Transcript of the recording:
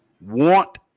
want